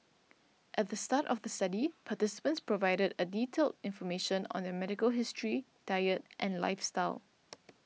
at the start of the study participants provided a detailed information on their medical history diet and lifestyle